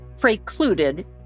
precluded